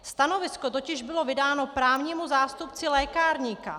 Stanovisko totiž bylo vydáno právnímu zástupci lékárníka.